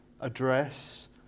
address